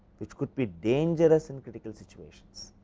which could be dangerous in critical situations.